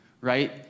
right